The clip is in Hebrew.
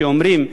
שאומרים,